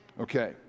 Okay